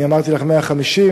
אני אמרתי לך 150,